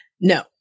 No